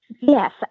Yes